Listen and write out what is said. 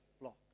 blocked